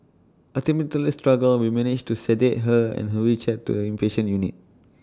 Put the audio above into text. A tumultuous struggle we managed to sedate her and who we chat to inpatient unit